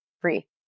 free